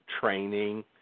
training